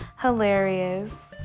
Hilarious